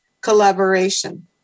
collaboration